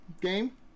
game